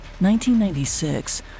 1996